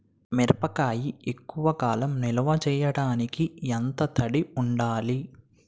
మిరపకాయ ఎక్కువ కాలం నిల్వ చేయటానికి ఎంత తడి ఉండాలి?